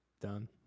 done